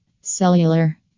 Cellular